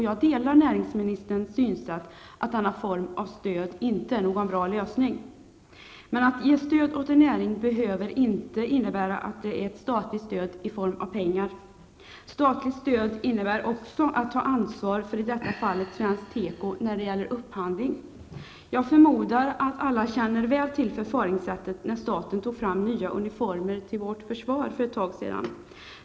Jag delar näringsministerns synsätt att denna form av stöd inte är någon bra lösning. Men att ge stöd åt en näring behöver inte innebära att det är ett statligt stöd i form av pengar. Statligt stöd innebär också att ta ansvar, i detta fall för svensk tekoindustri, när det gäller upphandling. Jag förmodar att alla känner väl till förfaringssättet när staten tog fram nya uniformer till vårt försvar för ett tag sedan.